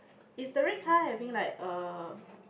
is the red car having like a